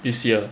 this year